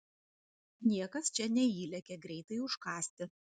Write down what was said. niekas čia neįlekia greitai užkąsti